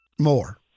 more